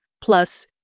plus